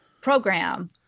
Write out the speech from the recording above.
program